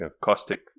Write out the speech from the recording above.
caustic